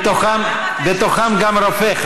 בתוכם גם רופא,